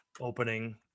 opening